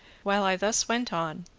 while i thus went on,